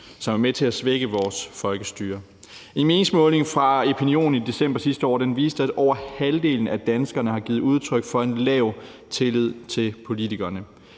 er med til at svække vores folkestyre. En meningsmåling fra Epinion i december sidste år viste, at over halvdelen af danskerne har givet udtryk for at have en lav tillid til politikerne.